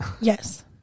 yes